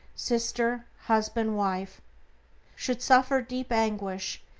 sister, husband, wife should suffer deep anguish,